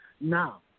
Now